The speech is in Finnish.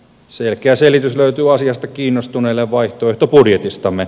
selkeä selitys löytyy asiasta kiinnostuneille vaihtoehtobudjetistamme